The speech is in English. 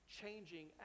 changing